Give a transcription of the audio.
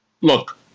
Look